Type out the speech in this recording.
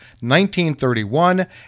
1931